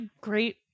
great